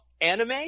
anime